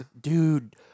Dude